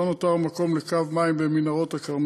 לא נותר מקום לקו מים במנהרות-הכרמל,